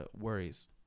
worries